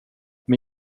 med